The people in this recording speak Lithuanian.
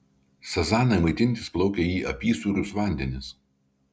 sazanai maitintis plaukia į apysūrius vandenis